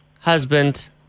husband